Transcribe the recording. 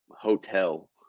hotel